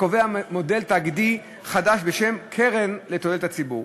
הקובע מודל תאגידי חדש בשם "קרן לתועלת הציבור",